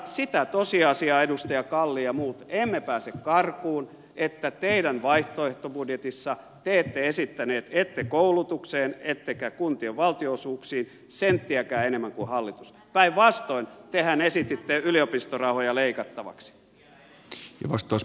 sitä tosiasiaa edustaja kalli ja muut emme pääse karkuun että teidän vaihtoehtobudjetissanne te ette esittäneet koulutukseen ettekä kuntien valtionosuuksiin senttiäkään enemmän kuin hallitus päinvastoin tehän esititte yliopistorahoja leikattavaksi